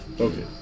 Okay